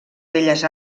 belles